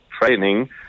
training